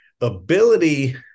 ability